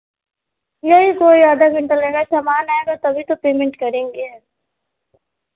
नहीं कोई आधा घंटा लेगा सामान आएगा तभी तो पेमेंट करेंगे